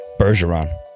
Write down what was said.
bergeron